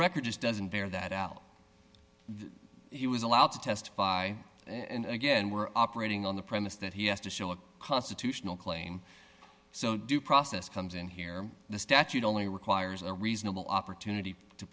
record just doesn't bear that out he was allowed to testify and again we're operating on the premise that he has to show a constitutional claim so due process comes in here the statute only requires a reasonable opportunity to